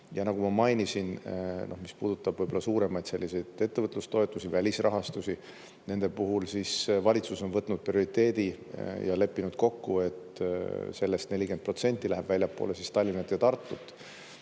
ja nagu ma mainisin, mis puudutab võib-olla suuremaid ettevõtlustoetusi, välisrahastusi, siis nende puhul on valitsus võtnud prioriteedi ja leppinud kokku, et sellest 40% läheb väljapoole Tallinna ja Tartut,